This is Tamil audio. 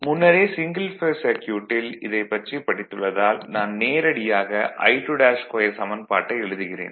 முன்னரே சிங்கிள் பேஸ் சர்க்யூட்டில் இதைப் பற்றி படித்துள்ளதால் நான் நேரடியாக I22 சமன்பாட்டை எழுதுகிறேன்